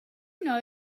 know